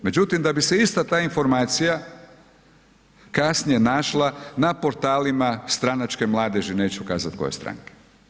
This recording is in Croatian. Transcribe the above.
Međutim, da bi se ista ta informacija kasnije našla na portalima stranačke mladeži, neću kazati koje stranke.